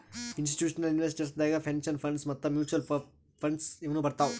institutional investors ದಾಗ್ pension funds ಮತ್ತ್ mutual funds ಇವ್ನು ಬರ್ತವ್